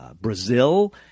Brazil